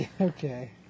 okay